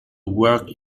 work